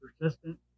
persistent